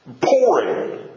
Pouring